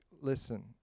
listen